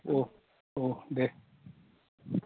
अ अ दे